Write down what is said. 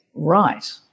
right